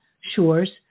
shores